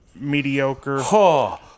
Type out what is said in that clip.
mediocre